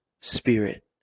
Spirit